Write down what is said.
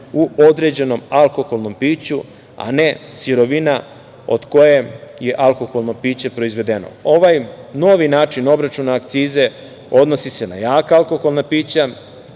u određenom alkoholnom piću, a ne sirovina od kojeg je alkoholno piće proizvedeno. Ovaj novi način obračuna akcize odnosi se na jaka alkoholna pića,